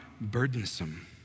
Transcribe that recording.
burdensome